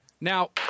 Now